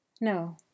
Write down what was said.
No